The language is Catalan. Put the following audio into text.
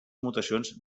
mutacions